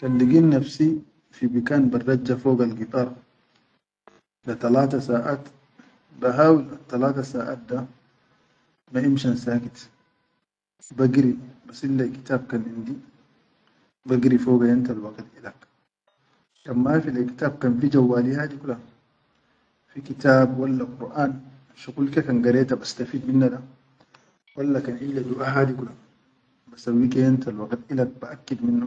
Kan ligit nafsi fi bikan barrajja fogal gidar be talata saʼat, ba hawil talata saʼat da ma emshan sakit bagiri ba silleyi kitab kan indi, ba giri foga yom ta waqit bilak, kan mafi leyi kitab kan fi jawwali hadi kula fi kitab walla Qurʼan shuqul ke da gareta bastafid minna da walla kan hilal duʼa hadi kula basawwi ke yomta waqit baʼaqid.